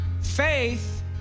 Faith